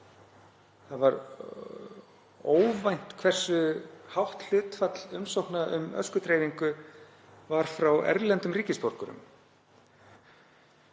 og var óvænt, var hversu hátt hlutfall umsókna um öskudreifingu var frá erlendum ríkisborgurum.